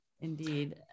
Indeed